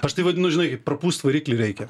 aš tai vadinu žinai prapūst variklį reikia jo